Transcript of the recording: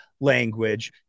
language